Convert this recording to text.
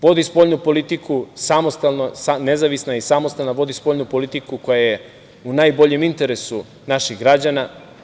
Vodi spoljnu politiku samostalno, nezavisno i samostalno vodi spoljnu politiku koja je u najboljem interesu naših građana.